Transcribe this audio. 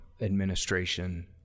administration